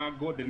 מה הגודל,